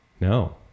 no